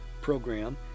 program